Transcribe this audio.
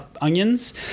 onions